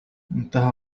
إنتهى